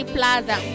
Plaza